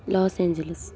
Los Angeles